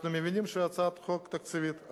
אנחנו מבינים שהצעת החוק תקציבית,